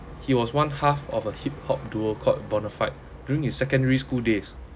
he was one half of a hip hop duo called bonafide during his secondary school days